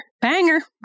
Banger